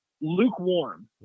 lukewarm